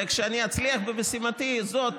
כשאני אצליח במשימתי זו,